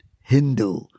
Hindu